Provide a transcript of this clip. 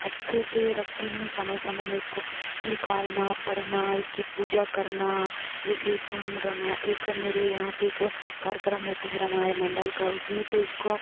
अच्छे से रखती हूँ समय समय में इसको निकालना पढ़ना इसकी पूजा करना जिससे इसको हम रमायण एक मेरे यहाँ पे कार्यक्रम होता है रामायण मंडल का उसमें तो इसको